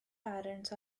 parents